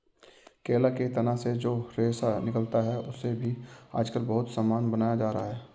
केला के तना से जो रेशा निकलता है, उससे भी आजकल बहुत सामान बनाया जा रहा है